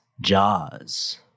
Jaws